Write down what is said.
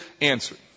answered